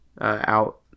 out